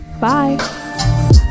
bye